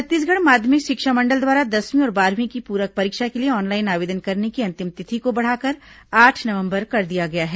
छत्तीसगढ़ माध्यमिक शिक्षा मंडल द्वारा दसवीं और बारहवीं की पूरक परीक्षा के लिए ऑनलाइन आवेदन करने की अंतिम तिथि को बढ़ाकर आठ नवंबर कर दिया गया है